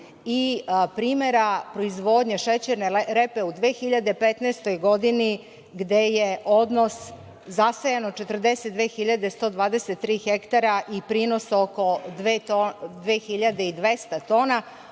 i primera proizvodnje šećerne repe u 2015. godini, gde je zasejano 42.123 hektara i prinos oko 2.200 tona,